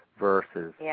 versus